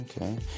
okay